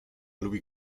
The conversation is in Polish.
lubi